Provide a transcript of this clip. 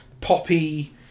poppy